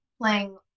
playing